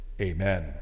Amen